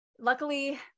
Luckily